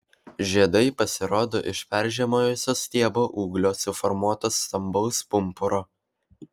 žiedai pasirodo iš peržiemojusio stiebo ūglio suformuoto stambaus pumpuro